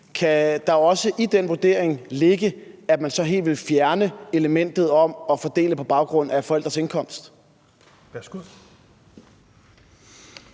kan der så også ligge, at man helt vil fjerne elementet om at fordele på baggrund af forældres indkomst?